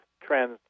trends